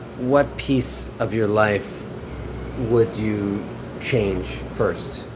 what piece of your life would you change first?